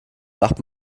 macht